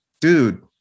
dude